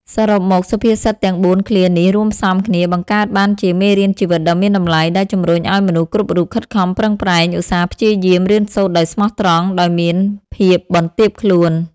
សរុបមក សុភាសិតទាំងបួនឃ្លានេះរួមផ្សំគ្នា បង្កើតបានជាមេរៀនជីវិតដ៏មានតម្លៃ ដែលជំរុញឱ្យមនុស្សគ្រប់រូបខិតខំប្រឹងប្រែង ឧស្សាហ៍ព្យាយាម រៀនសូត្រដោយស្មោះត្រង់ ដោយមានភាពបន្ទាបខ្លួន។